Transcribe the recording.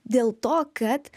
dėl to kad